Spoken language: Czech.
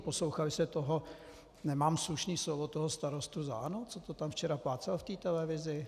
Poslouchali jste toho nemám slušné slovo, toho starostu za ANO, co to tam včera plácal v té televizi?